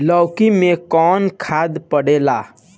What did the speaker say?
लौकी में कौन खाद पड़ेला?